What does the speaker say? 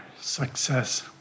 success